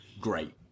great